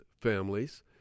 families